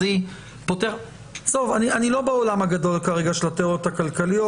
אני לא בעולם הגדול של התיאוריות הכלכליות,